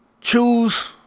Choose